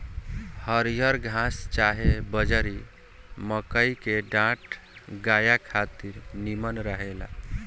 हरिहर घास चाहे बजड़ी, मकई के डांठ गाया खातिर निमन रहेला